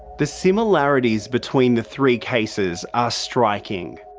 the similarities between the three cases are striking.